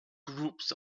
groups